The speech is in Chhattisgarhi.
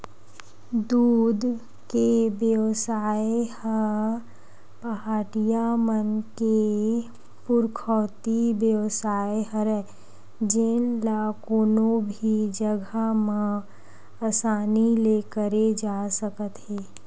दूद के बेवसाय ह पहाटिया मन के पुरखौती बेवसाय हरय जेन ल कोनो भी जघा म असानी ले करे जा सकत हे